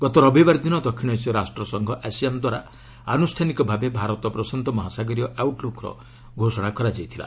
ଗତ ରବିବାର ଦିନ ଦକ୍ଷିଣ ଏସୀୟ ରାଷ୍ଟ୍ର ସଂଘ ଆସିଆନ୍ ଦ୍ୱାରା ଆନ୍ଦଷ୍ଟାନିକ ଭାବେ ଭାରତ ପ୍ରଶାନ୍ତ ମହାସାଗରୀୟ ଆଉଟ୍ଲୁକ୍ର ଘୋଷଣା କରାଯାଇଥିଲା